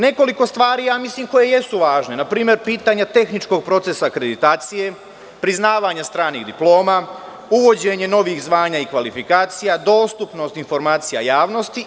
Nekoliko stvari, mislim, koje jesu važne, npr. pitanja tehničkog procesa akreditacije, priznavanje stranih diploma, uvođenje novih zvanja i kvalifikacija, dostupnost informacija javnosti.